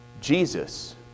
Jesus